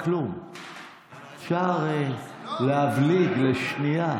חבר הכנסת ארבל, קריאה ראשונה.